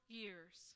years